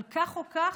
אבל כך או כך,